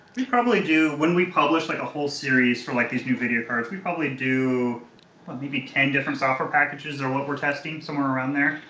we probably do, when we publish like a whole series for like these new video cards, we probably do maybe ten different software packages for and what we're testing, somewhere around there.